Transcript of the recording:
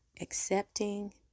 accepting